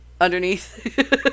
underneath